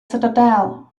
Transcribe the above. citadel